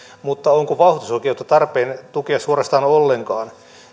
mutta onko tarpeen tukea suorastaan ollenkaan